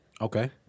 Okay